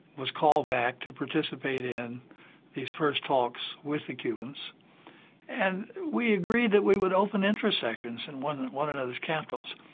was called back to participate in these first talks with the cubans and we agreed that we would open interest sections in one one another's capitals.